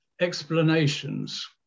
explanations